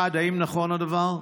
1. האם נכון הדבר?